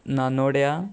नानोड्या